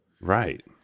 Right